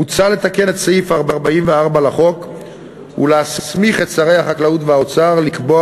מוצע לתקן את סעיף 44 לחוק ולהסמיך את שרי החקלאות והאוצר לקבוע